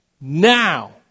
Now